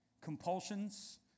Compulsions